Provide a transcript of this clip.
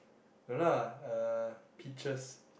no lah uh peaches